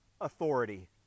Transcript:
authority